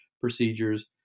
procedures